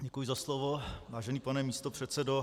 Děkuji za slovo, vážený pane místopředsedo.